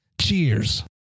Cheers